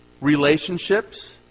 relationships